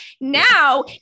now